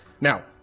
Now